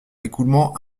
écoulement